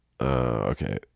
Okay